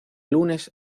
lunes